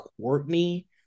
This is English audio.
Courtney